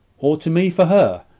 or to me for her,